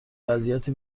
وضعیت